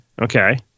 okay